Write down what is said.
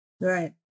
Right